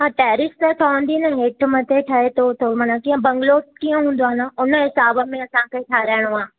हा टैरेस त ठहंदी न हेठि मथे ठहे थो त माना कीअं बंगलोस कीअं हूंदो आहे न हुन हिसाब में असांखे ठाहिराइणो आहे